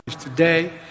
Today